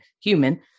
human